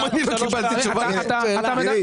שאלתי שלוש פעמים.